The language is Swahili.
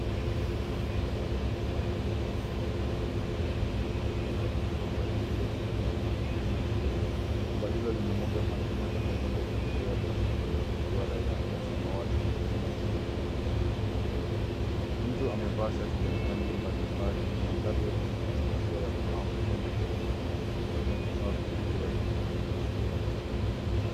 MIkono ya mtu yamefunikwa na povu ya sabuni huku maji yakitiririka kutoka kwenye bomba lililounganishwa na kontena jeupe. Bomba hilo linamwaga maji moja kwa moja kwenye ndoo ya plastiki yenye duara ya samawati na sinia chini inayotengeneza mwanga. Mtu amevaa shati lenye rangi mbalimbali na mandhari yake inaonyesha hatua ya kunawa mikono kwa uangalifu kwa kutumia vifaa vilivyowekwa kwa mfumo wa nje ya jengo.